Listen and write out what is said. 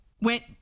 went